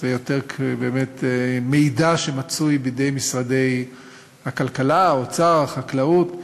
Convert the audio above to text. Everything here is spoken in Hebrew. זה מידע שמצוי בידי משרדי הכלכלה, האוצר והחקלאות.